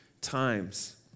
times